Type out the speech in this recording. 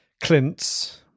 Clint's